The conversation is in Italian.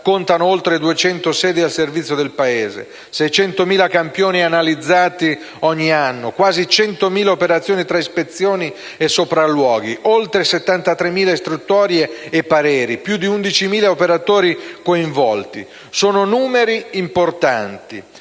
contano oltre duecento sedi al servizio del Paese, 600.000 campioni analizzati ogni anno, quasi 100.000 operazioni tra ispezioni e sopralluoghi, oltre 73.000 istruttorie e pareri, più di 11.000 operatori coinvolti. Si tratta di numeri importanti,